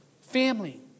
family